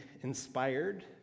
inspired